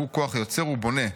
הוא כוח יוצר ובונה,